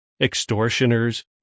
extortioners